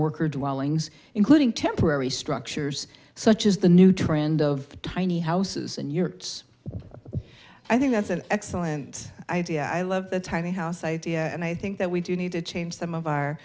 worker dwellings including temporary structures such as the new trend of tiny houses in your i think that's an excellent idea i love the title house idea and i think that we do need to change some of our